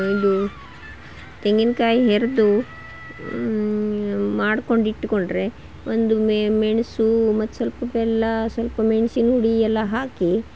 ಇದು ತೆಂಗಿನ್ಕಾಯಿ ಹೆರೆದು ಮಾಡ್ಕೊಂಡಿಟ್ಕೊಂಡ್ರೆ ಒಂದು ಮೆಣಸು ಮತ್ತು ಸ್ವಲ್ಪ ಬೆಲ್ಲ ಸ್ವಲ್ಪ ಮೆಣ್ಸಿನ ಹುಡಿ ಎಲ್ಲ ಹಾಕಿ